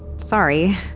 sorry.